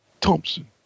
Thompson